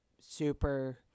super